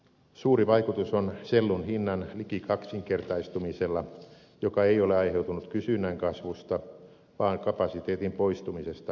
suuri vaikutus on sellun hinnan liki kaksinkertaistumisella joka ei ole aiheutunut kysynnän kasvusta vaan kapasiteetin poistumisesta maailmanmarkkinoilta